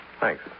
Thanks